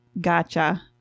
Gotcha